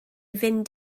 fynd